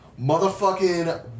motherfucking